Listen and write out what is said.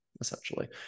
essentially